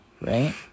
right